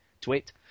Tweet